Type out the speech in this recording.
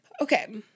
Okay